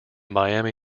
miami